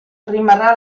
rimarrà